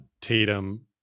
Tatum